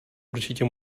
určitě